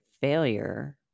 failure